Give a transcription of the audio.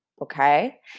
okay